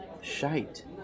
shite